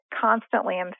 constantly